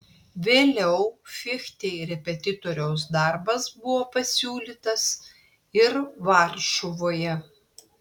vėliau fichtei repetitoriaus darbas buvo pasiūlytas ir varšuvoje